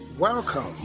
Welcome